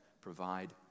provide